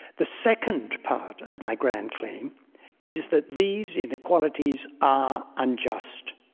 the second part of my grand claim is that these inequalities are unjust.